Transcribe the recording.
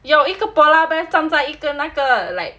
有一个 polar bear 站在一个那个 like